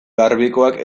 garbikoak